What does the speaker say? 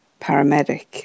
paramedic